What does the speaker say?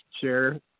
chair